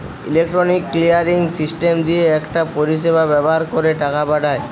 electronic clearing system দিয়ে একটা পরিষেবা ব্যাভার কোরে টাকা পাঠায়